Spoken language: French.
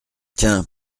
tiens